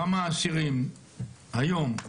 כמה אסירים היום,